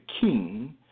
king